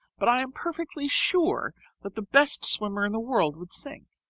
but i am perfectly sure that the best swimmer in the world would sink.